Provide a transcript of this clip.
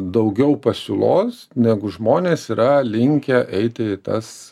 daugiau pasiūlos negu žmonės yra linkę eiti į tas